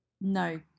no